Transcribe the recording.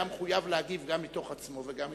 היה מחויב להגיב גם מתוך עצמו.